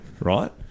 right